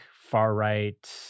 far-right